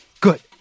Good